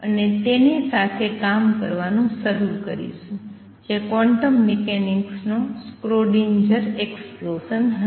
અને તેની સાથે કામ કરવાનું શરૂ કરીશું જે ક્વોન્ટમ મિકેનિક્સનો સ્ક્રોડિંજર એક્ષ્પ્લોસન હશે